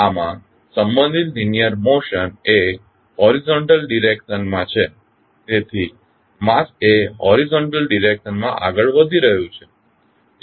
આમાં સંબંધિત linear motion એ હોરિઝોન્ટલ ડિરેક્શન મા છે તેથી માસ એ હોરિઝોન્ટલ ડિરેક્શનમાં આગળ વધી રહ્યું છે